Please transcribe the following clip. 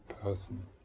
Person